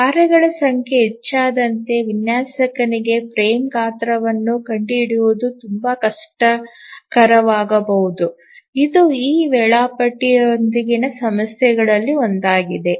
ಕಾರ್ಯಗಳ ಸಂಖ್ಯೆ ಹೆಚ್ಚಾದಂತೆ ವಿನ್ಯಾಸಕನಿಗೆ ಫ್ರೇಮ್ ಗಾತ್ರವನ್ನು ಕಂಡುಹಿಡಿಯುವುದು ತುಂಬಾ ಕಷ್ಟಕರವಾಗಬಹುದು ಇದು ಈ ವೇಳಾಪಟ್ಟಿಯೊಂದಿಗಿನ ಸಮಸ್ಯೆಗಳಲ್ಲಿ ಒಂದಾಗಿದೆ